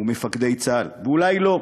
ומפקדי צה"ל ואולי לא,